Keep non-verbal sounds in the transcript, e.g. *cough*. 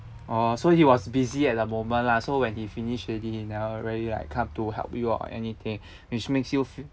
orh so he was busy at the moment lah so when he finish already and uh rarely like come to help you or anything *breath* which makes you feel